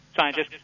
scientists